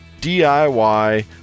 DIY